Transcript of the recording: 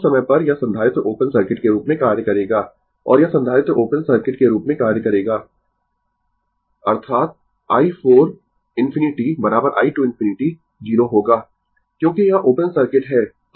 उस समय पर यह संधारित्र ओपन सर्किट के रूप में कार्य करेगा और यह संधारित्र ओपन सर्किट के रूप में कार्य करेगा अर्थात i 4 ∞ i 2 ∞ 0 होगा क्योंकि यह ओपन सर्किट है